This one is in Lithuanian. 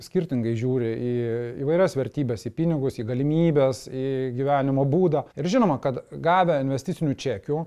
skirtingai žiūri į įvairias vertybes į pinigus į galimybes į gyvenimo būdą ir žinoma kad gavę investicinių čekių